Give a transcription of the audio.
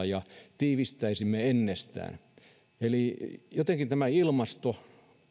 ja että tiivistäisimme yhteistyötä entisestään eli jotenkin näissä ilmasto